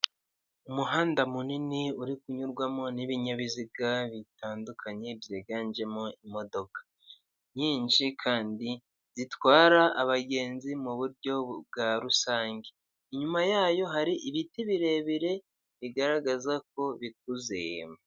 Umuhanda munini uri kunyurwamo n'ibinyabiziga bitandukanye byiganjemo imodoka nyinshi kandi zitwara abagenzi mu buryo bwa rusange, inyuma yayo hari ibiti birebire bigaragaza ko bikuze.